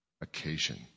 occasion